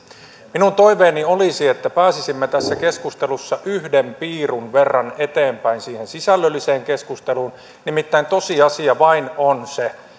minun toiveeni olisi että pääsisimme tässä keskustelussa yhden piirun verran eteenpäin siihen sisällölliseen keskusteluun nimittäin tosiasia vain on se